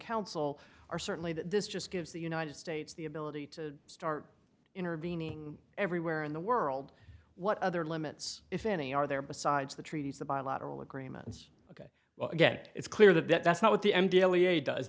counsel are certainly that this just gives the united states the ability to start intervening everywhere in the world what other limits if any are there besides the treaties the bilateral agreements ok well again it's clear that that's not what the m daley a does